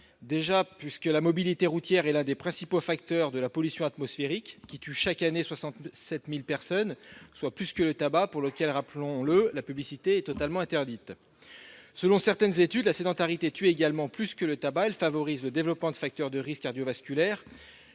D'une part, la mobilité routière est l'un des principaux facteurs de la pollution atmosphérique, qui tue chaque année 67 000 personnes, soit plus que le tabac, pour lequel, rappelons-le, la publicité est totalement interdite. D'autre part, selon certaines études, la sédentarité tue également plus que le tabac. Elle favorise le développement de facteurs de risques cardiovasculaires,